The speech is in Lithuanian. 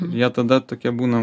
jie tada tokie būna